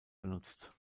benutzt